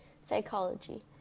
psychology